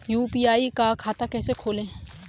UPI का खाता कैसे खोलें?